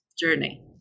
journey